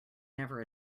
never